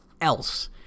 else